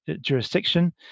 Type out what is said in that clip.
jurisdiction